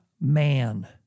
man